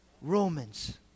Romans